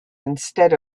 instead